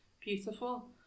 beautiful